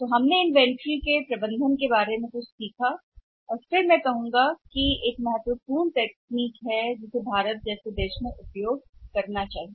सो हम् इन्वेंट्री के प्रबंधन के बारे में कुछ सीखा और मैं फिर कहूंगा कि महत्वपूर्ण तकनीक जिसे हमें भारत जैसे पर्यावरण में उपयोग करना चाहिए